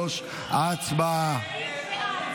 83. הצבעה.